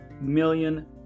million